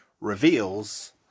reveals